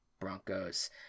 Broncos